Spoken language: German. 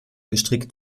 gestrickt